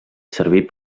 servir